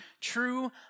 true